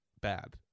bad